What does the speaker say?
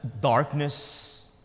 darkness